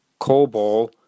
COBOL